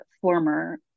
former